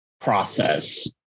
process